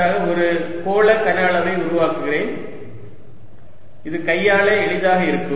அதற்காக ஒரு கோள கனஅளவை உருவாக்குகிறேன் இது கையாள எளிதாக இருக்கும்